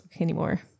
anymore